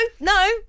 No